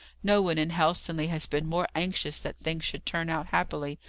no one in helstonleigh has been more anxious that things should turn out happily,